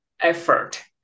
effort